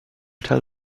tell